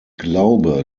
glaube